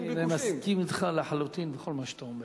אני מסכים אתך לחלוטין בכל מה שאתה אומר.